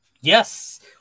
Yes